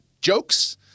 jokes